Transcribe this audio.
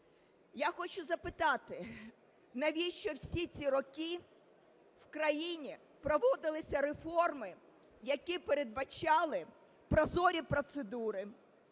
Я хочу запитати, навіщо всі ці роки в країні проводилися реформи, які передбачали прозорі процедури,